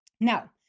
Now